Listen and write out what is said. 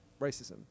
racism